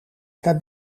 naar